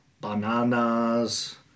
bananas